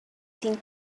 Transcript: think